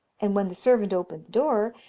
and when the servant opened the door,